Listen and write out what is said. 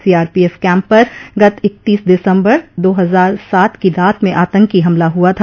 CRPF camp पर गत इकतीस दिसम्बर दो हजार सात की रात में आतंकी हमला हुआ था